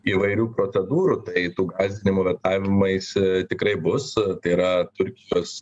įvairių procedūrų tai tų gąsdinimų vetavimais tikrai bus tai yra turkijos